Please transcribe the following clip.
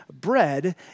bread